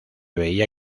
veía